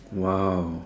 !wow!